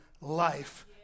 life